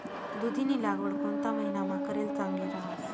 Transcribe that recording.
दुधीनी लागवड कोणता महिनामा करेल चांगली रहास